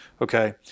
Okay